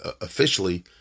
officially